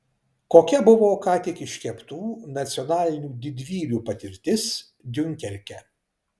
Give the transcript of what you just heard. kokia buvo ką tik iškeptų nacionalinių didvyrių patirtis diunkerke